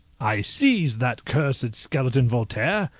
i seized that cursed skeleton voltaire,